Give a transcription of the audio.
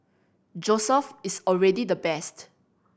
Joseph is already the best